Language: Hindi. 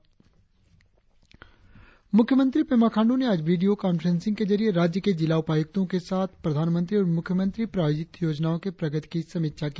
मूख्यमंत्री पेमा खांड् ने आज वीडियों कॉन्फ्रेसिंग के जरिए राज्य के जिला उपायुक्तों के साथ प्रधानमंत्री और मुख्यमंत्री प्रायोजित योजनाओं के प्रगति की समीक्षा की